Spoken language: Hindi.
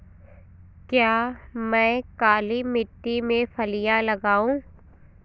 क्या मैं काली मिट्टी में फलियां लगाऊँ?